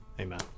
Amen